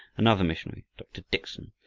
another missionary, dr. dickson,